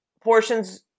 portions